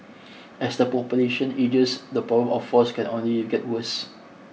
as the population ages the problem of falls can only get worse